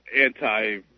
anti